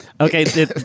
Okay